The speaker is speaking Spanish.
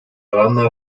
banda